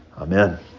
Amen